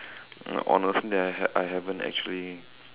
uh honestly I I haven't actually